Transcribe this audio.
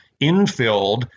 infilled